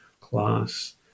class